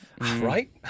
right